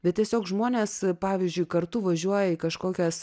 bet tiesiog žmonės pavyzdžiui kartu važiuoja į kažkokias